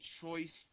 choice